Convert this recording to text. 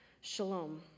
Shalom